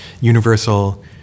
universal